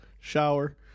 shower